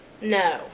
No